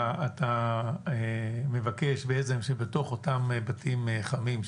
אתה מבקש בעצם שבתוך אותם בתים חמים,